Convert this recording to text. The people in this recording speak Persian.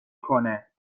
کنه